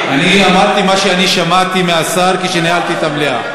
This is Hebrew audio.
אני אמרתי מה ששמעתי מהשר כשניהלתי את המליאה,